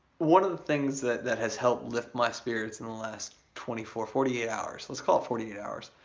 one of the things that that has helped lift my spirits in the last twenty four, forty eight hours, let's call it forty eight hours,